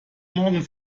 morgen